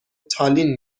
تالین